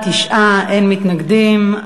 תשעה בעד, אין מתנגדים.